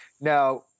Now